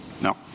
No